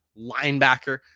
linebacker